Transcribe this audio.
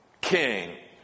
king